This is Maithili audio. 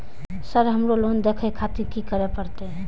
सर हमरो लोन देखें खातिर की करें परतें?